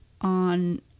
on